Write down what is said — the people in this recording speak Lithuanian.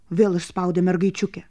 vėl išspaudė mergaičiukė